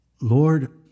Lord